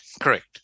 correct